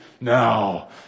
now